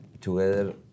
together